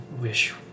wish